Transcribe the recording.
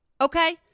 okay